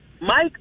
Mike